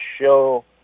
show